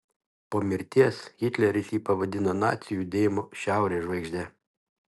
po mirties hitleris jį pavadino nacių judėjimo šiaurės žvaigžde